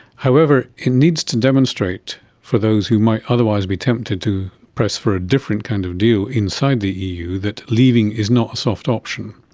however, it needs to demonstrate for those who might otherwise be tempted to press for a different kind of deal inside the eu, that leaving is not a soft option.